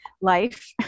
life